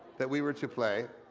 that we were to play.